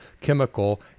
chemical